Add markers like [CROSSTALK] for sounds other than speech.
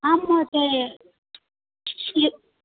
आं महोदय [UNINTELLIGIBLE]